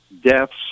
deaths